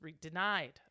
denied